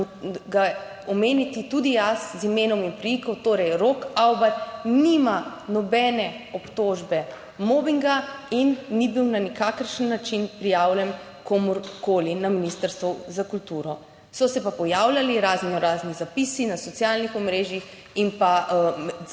omeniti tudi jaz, z imenom in priimkom, torej Rok Avbelj nima nobene obtožbe mobinga in ni bil na nikakršen način prijavljen komurkoli na Ministrstvu za kulturo. So se pa pojavljali raznorazni zapisi na socialnih omrežjih in pa teh